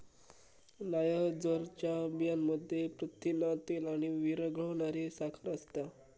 नायजरच्या बियांमध्ये प्रथिना, तेल आणि विरघळणारी साखर असता